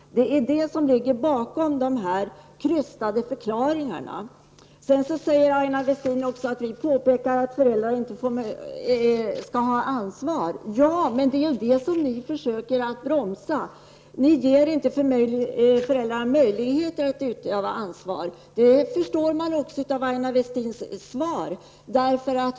Det är detta som ligger bakom dessa krystade förklaringar. Sedan säger Aina Westin att vi påpekar att föräldrarna inte får ha ansvaret. Ja, det är det ni försöker bromsa. Ni ger inte föräldrarna möjlighet att utöva ansvar. Det förstår man också av Aina Westins svar.